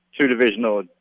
two-divisional